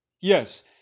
Yes